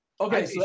Okay